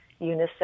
UNICEF